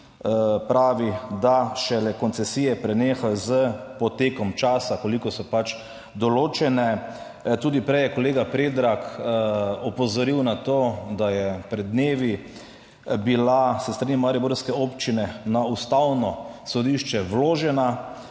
pravi, da šele koncesije preneha s potekom časa, kolikor so določene. Tudi prej je kolega Predrag opozoril na to, da je pred dnevi bila s strani mariborske občine na Ustavno sodišče vložena